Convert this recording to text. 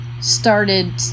started